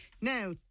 Now